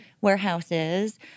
warehouses